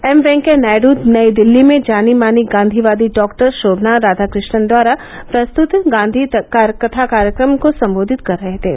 M Venkaiah Naidu नई दिल्ली में जानी मानी गांधीवादी डाक्टर शोभना राधाकृष्णन द्वारा प्रस्तृत गांधी कथा कार्यक्रम को संबोधित कर रहे थे